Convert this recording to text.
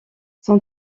son